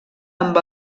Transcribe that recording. amb